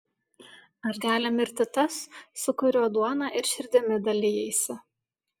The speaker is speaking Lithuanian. ar gali mirti tas su kuriuo duona ir širdimi dalijaisi